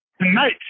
Tonight